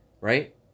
right